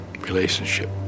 relationship